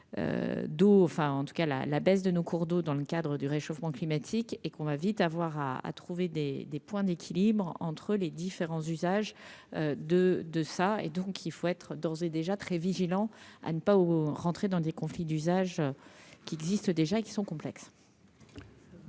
dos, enfin en tout cas la la baisse de nos cours d'eau dans le cadre du réchauffement climatique et qu'on va vite avoir à à trouver des des points d'équilibre entre les différents usages de de ça et donc il faut être d'ores et déjà très vigilant à ne pas rentrer dans des conflits d'usage qui existent déjà et qui sont complexes.